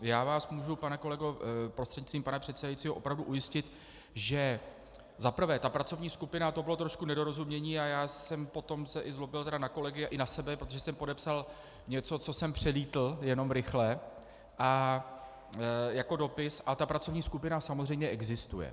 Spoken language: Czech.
Já vás můžu, pane kolego prostřednictvím pana předsedajícího, opravdu ujistit, že za prvé ta pracovní skupina, to bylo trošku nedorozumění a já jsem se potom zlobil na kolegy i na sebe, protože jsem podepsal něco, co jsem jenom rychle přelétl jako dopis, a ta pracovní skupina samozřejmě existuje.